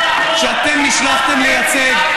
שאתם נשלחתם לייצג,